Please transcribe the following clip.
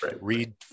read